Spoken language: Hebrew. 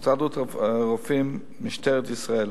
הסתדרות הרופאים ומשטרת ישראל.